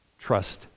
trust